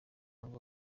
ngo